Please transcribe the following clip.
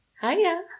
Hiya